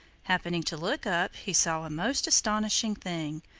happening to look up, he saw a most astonishing thing.